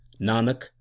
Nanak